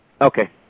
Okay